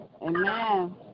Amen